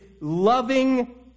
loving